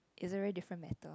it's a really different matter